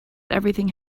everything